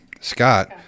Scott